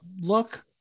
look